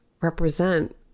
represent